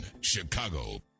Chicago